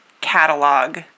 catalog